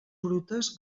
brutes